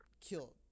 killed